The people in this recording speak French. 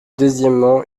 deuxièmement